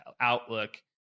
outlook